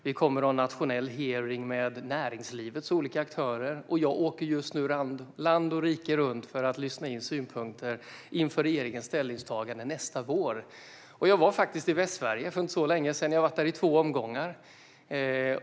Vi kommer att ha en nationell hearing med näringslivets olika aktörer. Jag åker just nu land och rike runt för att samla in synpunkter inför regeringens ställningstagande nästa vår. För inte så länge sedan var jag i Västsverige, och jag har varit där i två omgångar.